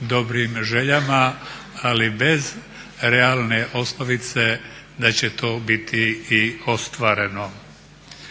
dobrim željama ali bez realne osnovice da će to biti i ostvareno.